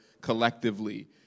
collectively